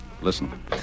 Listen